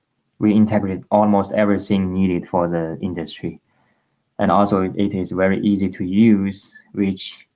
we interpreted almost everything needed for the industry and also it is very easy to use which